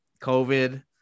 COVID